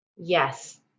Yes